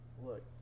Look